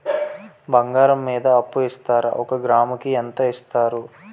బంగారం మీద అప్పు ఇస్తారా? ఒక గ్రాము కి ఎంత ఇస్తారు?